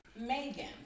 Megan